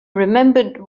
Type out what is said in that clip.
remembered